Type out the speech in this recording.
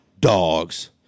dogs